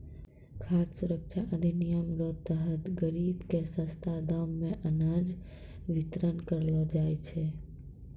खाद सुरक्षा अधिनियम रो तहत गरीब के सस्ता दाम मे अनाज बितरण करलो जाय छै